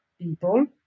people